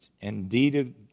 Indeed